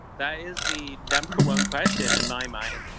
that is the number one question in my mind.